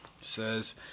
says